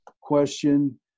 question